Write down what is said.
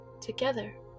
together